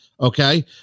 okay